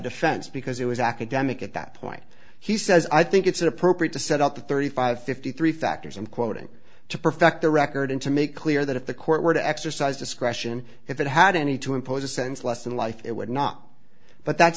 defense because it was academic at that point he says i think it's inappropriate to set up the thirty five fifty three factors i'm quoting to perfect the record and to make clear that if the court were to exercise discretion if it had any to impose a sentence less than life it would not but that